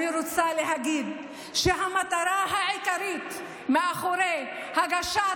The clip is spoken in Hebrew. אני רוצה להגיד שהמטרה העיקרית מאחורי הגשת